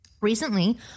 Recently